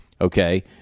Okay